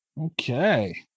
Okay